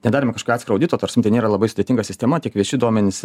nedarėme kažką atskiro audito ta prasme tai nėra labai sudėtinga sistema tiek vieši duomenys